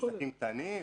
עסקים קטנים,